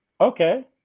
Okay